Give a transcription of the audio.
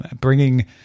Bringing